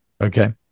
Okay